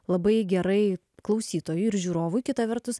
labai gerai klausytojui ir žiūrovui kita vertus